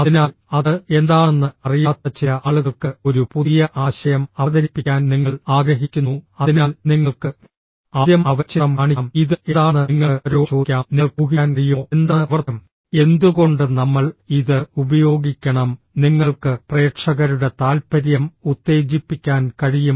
അതിനാൽ അത് എന്താണെന്ന് അറിയാത്ത ചില ആളുകൾക്ക് ഒരു പുതിയ ആശയം അവതരിപ്പിക്കാൻ നിങ്ങൾ ആഗ്രഹിക്കുന്നു അതിനാൽ നിങ്ങൾക്ക് ആദ്യം അവരെ ചിത്രം കാണിക്കാം ഇത് എന്താണെന്ന് നിങ്ങൾക്ക് അവരോട് ചോദിക്കാം നിങ്ങൾക്ക് ഊഹിക്കാൻ കഴിയുമോ എന്താണ് പ്രവർത്തനം എന്തുകൊണ്ട് നമ്മൾ ഇത് ഉപയോഗിക്കണം നിങ്ങൾക്ക് പ്രേക്ഷകരുടെ താൽപര്യം ഉത്തേജിപ്പിക്കാൻ കഴിയും